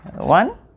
one